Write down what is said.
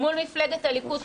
מול מפלגת הליכוד,